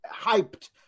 hyped